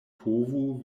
povu